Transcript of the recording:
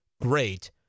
great